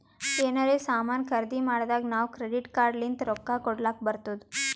ಎನಾರೇ ಸಾಮಾನ್ ಖರ್ದಿ ಮಾಡ್ದಾಗ್ ನಾವ್ ಕ್ರೆಡಿಟ್ ಕಾರ್ಡ್ ಲಿಂತ್ ರೊಕ್ಕಾ ಕೊಡ್ಲಕ್ ಬರ್ತುದ್